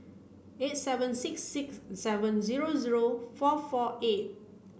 eight seven six six seven zero zero four four eight